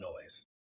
noise